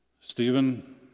Stephen